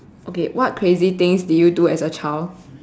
okay what crazy things did you do as a child